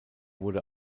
wurde